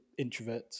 introverts